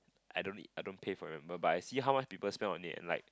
I don't eat I don't pay for it remember but I see how much people spend on it and like